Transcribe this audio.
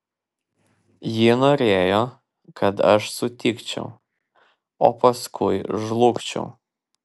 ji norėjo kad aš sutikčiau o paskui žlugčiau